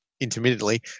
intermittently